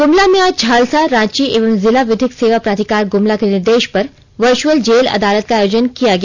गुमला में आज झालसा रांची एवं जिला विधिक सेवा प्राधिकार गुमला के निर्देष पर वर्चुअल जेल अदालत का आयोजन किया गया